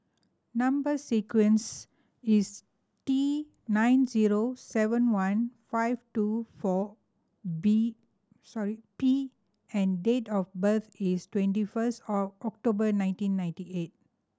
number sequence is T nine zero seven one five two four B sorry P and date of birth is twenty first of October nineteen ninety eight